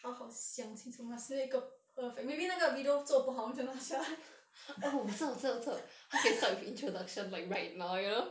好好想清楚 must lay 一个 perfect maybe 那个 video 做不好我们就拿下来